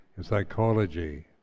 psychology